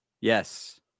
Yes